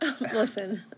listen